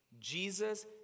Jesus